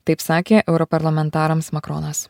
taip sakė europarlamentarams makronas